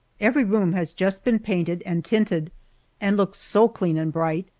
every room has just been painted and tinted and looks so clean and bright.